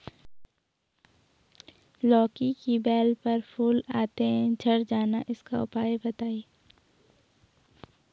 लौकी की बेल पर फूल आते ही झड़ जाना इसका उपाय बताएं?